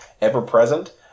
ever-present